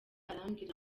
arambwira